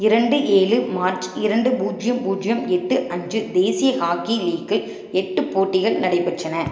இரண்டு ஏழு மார்ச் இரண்டு பூஜ்ஜியம் பூஜ்ஜியம் எட்டு அன்று தேசிய ஹாக்கி லீக்கு எட்டு போட்டிகள் நடைபெற்றன